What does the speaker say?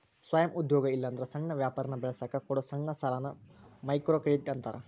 ಸ್ವಯಂ ಉದ್ಯೋಗ ಇಲ್ಲಾಂದ್ರ ಸಣ್ಣ ವ್ಯಾಪಾರನ ಬೆಳಸಕ ಕೊಡೊ ಸಣ್ಣ ಸಾಲಾನ ಮೈಕ್ರೋಕ್ರೆಡಿಟ್ ಅಂತಾರ